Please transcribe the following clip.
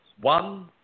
one